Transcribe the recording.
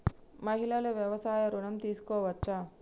మహిళలు వ్యవసాయ ఋణం తీసుకోవచ్చా?